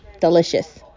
Delicious